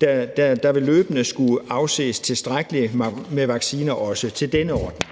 Der vil også løbende skulle afses tilstrækkelig mange vacciner til denne ordning.